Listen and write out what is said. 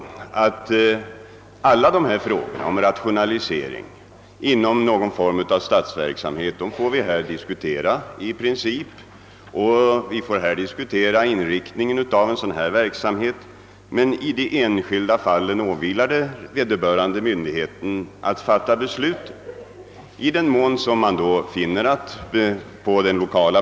Alla dessa frågor om rationalisering inom någon form av statsverksamhet får vi naturligtvis diskutera rent principiellt; vi får diskutera inriktningen av sådan verksamhet. Men i de enskilda fallen åvilar det vederbörande myndighet att fatta beslut. I den mån man sedan på dem lokala.